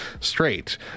straight